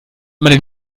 meine